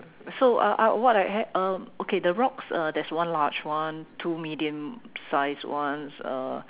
so uh uh what I have uh okay the rocks uh there is one large one two medium sized ones uh